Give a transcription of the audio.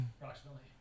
Approximately